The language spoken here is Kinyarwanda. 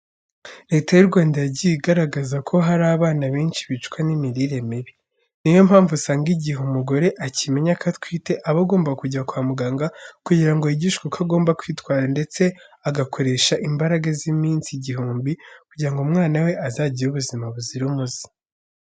Leta y'u Rwanda yagiye igaragaza ko hari abana benshi bicwa n'imirire mibi. Niyo mpamvu usanga igihe umugore akimenya ko atwite aba agomba kujya kwa muganga kugira ngo yigishwe uko agomba kwitwara ndetse agakoresha imbaraga z'iminsi igihumbi, kugira ngo umwana we azagire ubuzima buzira umuze.